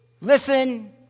listen